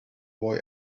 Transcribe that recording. boy